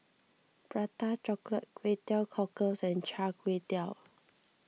Prata Chocolate Kway Teow Cockles and Char Kway Teow